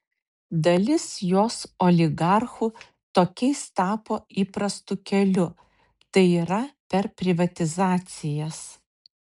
dalis jos oligarchų tokiais tapo įprastu keliu tai yra per privatizacijas